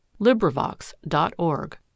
LibriVox.org